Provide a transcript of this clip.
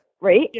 right